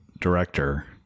director